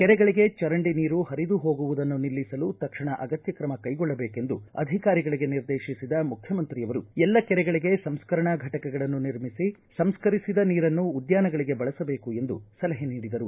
ಕೆರೆಗಳಿಗೆ ಚರಂಡಿ ನೀರು ಹರಿದು ಹೋಗುವುದನ್ನು ನಿಲ್ಲಿಸಲು ತಕ್ಷಣ ಅಗತ್ಯ ಕ್ರಮ ಕೈಗೊಳ್ಳಬೇಕೆಂದು ಅಧಿಕಾರಿಗಳಿಗೆ ನಿರ್ದೇತಿಸಿದ ಮುಖ್ಯಮಂತ್ರಿಯವರು ಎಲ್ಲ ಕೆರೆಗಳಿಗೆ ಸಂಸ್ಕರಣಾ ಘಟಕಗಳನ್ನು ನಿರ್ಮಿಸಿ ಸಂಸ್ಕರಿಸಿದ ನೀರನ್ನು ಉದ್ದಾನಗಳಿಗೆ ಬಳಸಬೇಕು ಎಂದು ಸಲಹೆ ನೀಡಿದರು